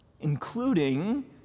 including